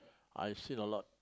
I've seen a lot